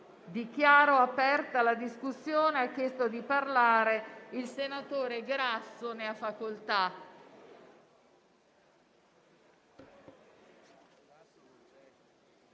Dichiaro aperta la discussione. È iscritto a parlare il senatore Grasso. Ne ha facoltà.